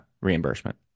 reimbursement